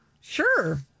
Sure